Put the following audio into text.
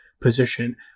position